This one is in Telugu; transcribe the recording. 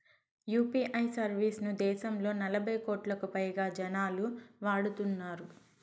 యూ.పీ.ఐ సర్వీస్ ను దేశంలో నలభై కోట్లకు పైగా జనాలు వాడుతున్నారు